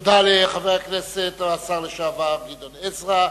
תודה רבה לחבר הכנסת והשר לשעבר גדעון עזרא.